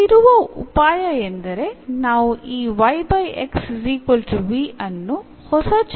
ಇಲ್ಲಿರುವ ಉಪಾಯ ಎಂದರೆ ನಾವು ಈ ಅನ್ನು ಹೊಸ ಚರವಾಗಿ ತೆಗೆದುಕೊಳ್ಳುತ್ತೇವೆ